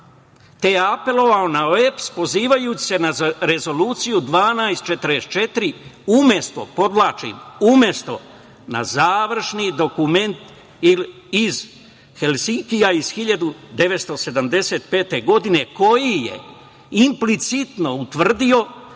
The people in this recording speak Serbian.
je apelovao na OEBS pozivajući se na Rezoluciju 1244, umesto, podvlačim, umesto na završni dokument iz Helsinkija iz 1975. godine koji je implicitno utvrdio